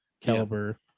caliber